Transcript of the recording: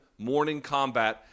morningcombat